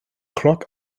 cloc